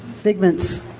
figments